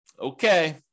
Okay